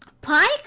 Pike